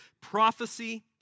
prophecy